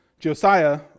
Josiah